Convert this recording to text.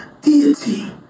deity